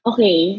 Okay